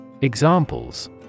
Examples